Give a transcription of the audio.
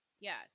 yes